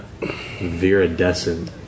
viridescent